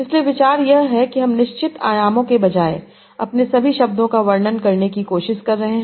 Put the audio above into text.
इसलिए विचार यह है कि हम निश्चित आयामों के बजाय अपने सभी शब्दों का वर्णन करने की कोशिश कर रहे हैं